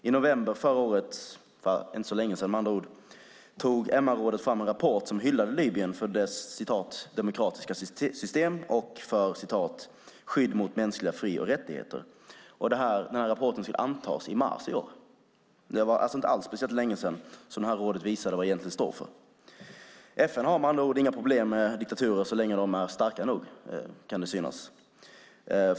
I november förra året, inte så länge sedan med andra ord, tog MR-rådet fram en rapport som hyllade Libyen för dess "demokratiska system" och för "skydd mot mänskliga fri och rättigheter". Rapporten skulle antas i mars i år! Det var alltså inte speciellt länge sedan rådet visade vad det egentligen står för. FN har med andra ord inga problem med diktaturer så länge de är starka nog, kan det synas.